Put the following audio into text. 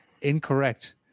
incorrect